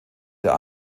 der